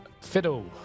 fiddle